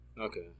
Okay